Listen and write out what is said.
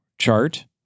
chart